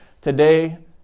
today